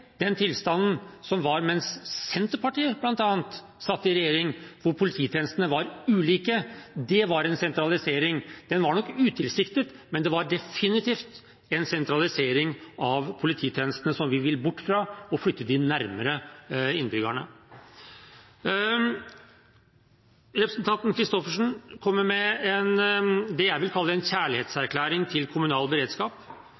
den tilstanden som var mens bl.a. Senterpartiet satt i regjering, hvor polititjenestene var ulike. Det var en sentralisering. Den var nok utilsiktet, men det var definitivt en sentralisering av polititjenestene, som vi vil bort fra, og flytte dem nærmere innbyggerne. Representanten Christoffersen kommer med det jeg vil kalle en